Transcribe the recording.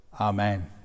Amen